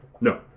No